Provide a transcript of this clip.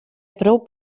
prou